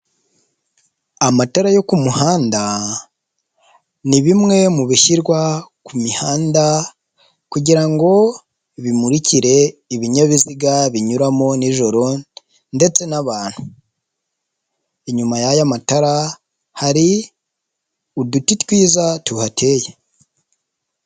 Amatara yo ku muhanda, ni bimwe mu bishyirwa ku mihanda, kugirango bimurikire ibinyabiziga binyuramo nijoro ndetse n'abantu, inyuma y'ayo matara hari uduti twiza tuhateye.